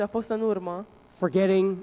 Forgetting